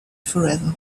forever